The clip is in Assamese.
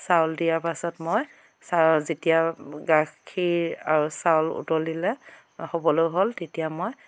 চাউল দিয়াৰ পাছত মই চা যেতিয়া গাখীৰ আৰু চাউল উতলিলে হ'বলৈ হ'ল তেতিয়া মই